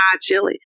chili